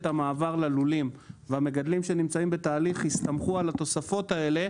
המעבר ללולים והמגדלים שנמצאים בתהליך יסתמכו על התוספות האלה,